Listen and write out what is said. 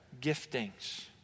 giftings